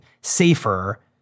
safer